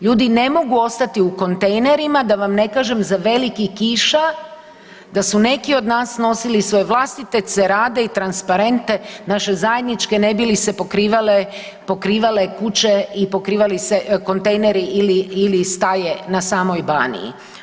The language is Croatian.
Ljudi ne mogu ostati u kontejnerima, da vam ne kažem za velikih kiša da su neki od nas nosili svoje vlastite cerade i transparente naše zajedničke, ne bi li se pokrivale kuće i pokrivali se kontejneri ili staje na samoj Baniji.